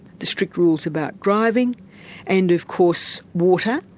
the strict rules about driving and of course water,